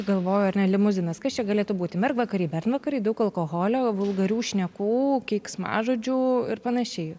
galvoju ar ne limuzinas kas čia galėtų būti mergvakaryje bernvakary daug alkoholio vulgarių šnekų keiksmažodžių ir panašiai